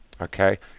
Okay